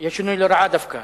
יש שינוי לרעה דווקא.